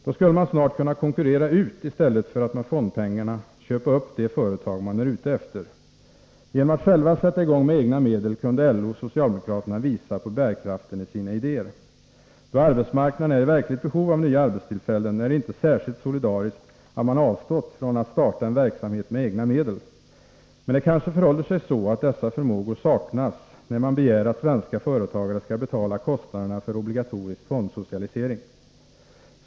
Då skulle man kunna konkurrera ut i stället för att med fondpengarna köpa upp de företag man är ute efter. Genom att själva sätta i gång med egna medel kunde LO och socialdemokraterna visa på bärkraften i sina egna idéer. Då arbetsmarknaden är i verkligt behov av nya arbetstillfällen är det inte särskilt solidariskt att man avstått från att starta en verksamhet med egna medel. Men det kanske förhåller sig så, att dessa förmågor saknas, när man begär att svenska företagare skall betala kostnaderna för obligatorisk fondsocialisering.